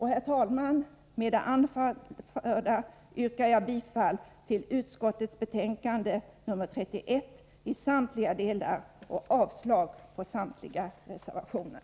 Herr talman! Med det anförda yrkar jag i samtliga delar bifall till hemställan i utskottets betänkande nr 31 och avslag på samtliga reservationer.